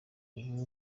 ubu